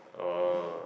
oh